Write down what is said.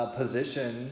position